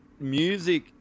music